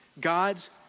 God's